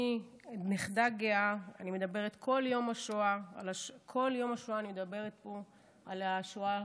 אני נכדה גאה, בכל יום שואה אני מדברת פה על השואה